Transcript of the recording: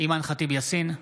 אימאן ח'טיב יאסין,